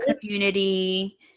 community